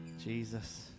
Jesus